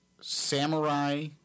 samurai